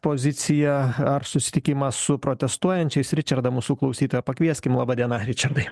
poziciją ar susitikimą su protestuojančiais ričardą mūsų klausytoją pakvieskim laba diena ričardai